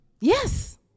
yes